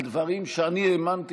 על דברים שאני האמנתי